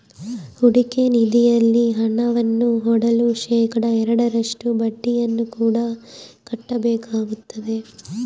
ಹೂಡಿಕೆ ನಿಧಿಯಲ್ಲಿ ಹಣವನ್ನು ಹೂಡಲು ಶೇಖಡಾ ಎರಡರಷ್ಟು ಬಡ್ಡಿಯನ್ನು ಕೂಡ ಕಟ್ಟಬೇಕಾಗುತ್ತದೆ